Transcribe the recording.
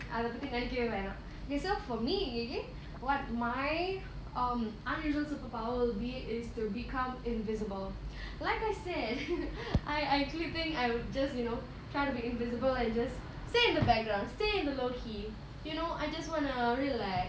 அதபத்தி நெனைக்கவே வேணா:adhapathi nenaikkave venaa okay so for me what my um unusual superpower will be is to become invisible like I said I I actually think I would just you know try to be invisible and just stay the background stay in the low key you know I just want to relax